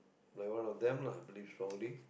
like one of them lah believe strongly